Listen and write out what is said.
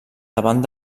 davant